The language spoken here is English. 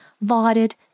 lauded